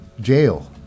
jail